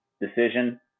decision